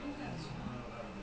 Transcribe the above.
wait it was always a thing ah